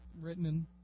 written